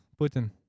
Putin